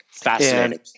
fascinating